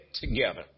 together